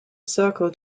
circle